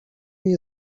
nie